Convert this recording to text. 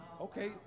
Okay